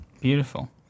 Beautiful